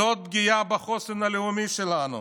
זאת פגיעה בחוסן הלאומי שלנו.